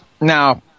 Now